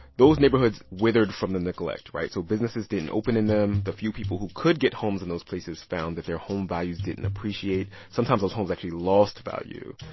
those neighborhoods withered from the neglect, right? so businesses didn't open in them. the few people who could get homes in those places found that their home values didn't appreciate. sometimes those homes actually lost value.